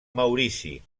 maurici